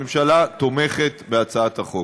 הממשלה תומכת בהצעת החוק.